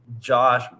Josh